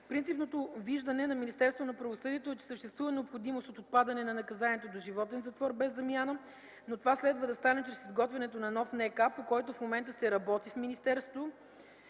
на правосъдието е, че съществува необходимост от отпадане на наказанието доживотен затвор без замяна, но това следва да стане чрез изготвянето на нов НК, по който в момента се работи в министерството.